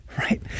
Right